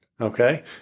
Okay